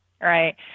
right